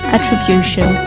Attribution